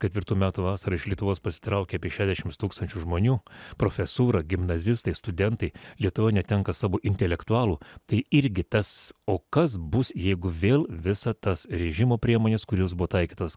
ketvirtų metų vasarą iš lietuvos pasitraukė apie šešiasdešimts tūkstančių žmonių profesūra gimnazistai studentai lietuva netenka savo intelektualų tai irgi tas o kas bus jeigu vėl visa tas režimo priemonės kurios buvo taikytos